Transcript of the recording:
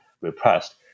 repressed